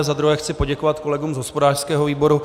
Za druhé chci poděkovat kolegům z hospodářského výboru.